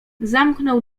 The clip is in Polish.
zamknął